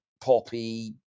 poppy